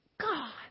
God